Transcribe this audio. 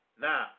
Now